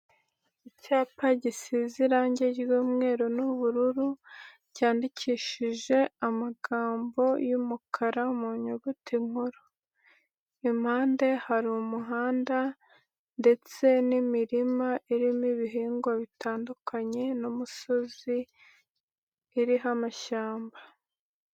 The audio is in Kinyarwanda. Icyapa gisize irangi ryumweru n'ubururu, cyanyandikishijeho amagambo y'umukara mu nyuguti nkuru, impande hari umuhanda ndetse n'imirima irimo ibihingwa bitandukanye, n'umusozi uriho amashyamba.